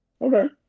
Okay